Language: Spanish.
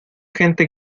gente